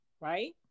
Right